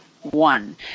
one